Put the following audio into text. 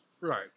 Right